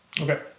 Okay